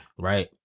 Right